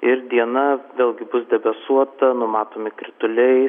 ir diena vėlgi bus debesuota numatomi krituliai